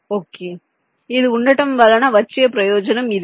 okay ఇది ఉండటం వలన వచ్చే ప్రయోజనం ఇదే